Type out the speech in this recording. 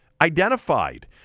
identified